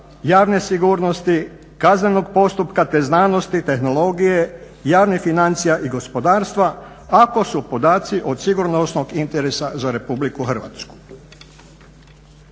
javne sigurnosti, kaznenog postupka te znanosti, tehnologije, javnih financija i gospodarstva ako su podaci od sigurnosnog interesa za Republiku Hrvatsku.